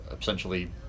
essentially